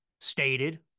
stated